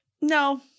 No